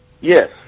Yes